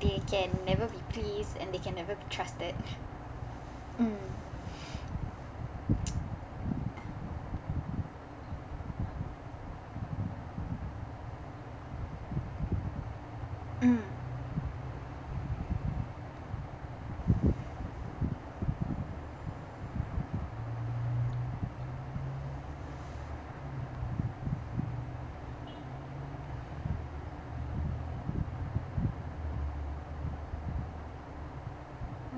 they can never be pleased they can never be trusted mm mm